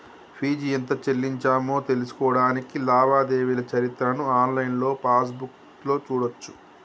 fee ఎంత చెల్లించామో తెలుసుకోడానికి లావాదేవీల చరిత్రను ఆన్లైన్ పాస్బుక్లో చూడచ్చు